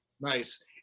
Nice